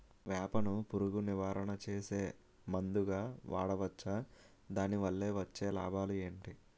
వేప ను పురుగు నివారణ చేసే మందుగా వాడవచ్చా? దాని వల్ల వచ్చే లాభాలు ఏంటి?